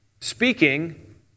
speaking